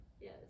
Yes